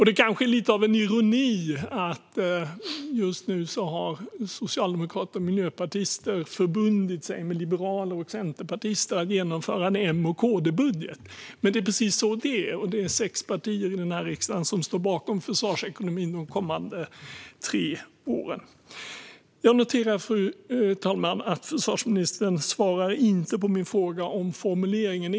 Det är kanske lite av en ironi att socialdemokrater och miljöpartister tillsammans med liberaler och centerpartister nu har förbundit sig att genomföra en M och KD-budget, men det är precis så det är. Det är sex partier i denna riksdag som står bakom försvarsekonomin de kommande tre åren. Fru talman! Jag noterade att försvarsministern inte svarade på min fråga om formuleringen.